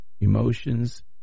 emotions